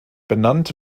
benannt